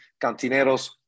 cantineros